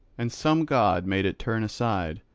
and some god made it turn aside,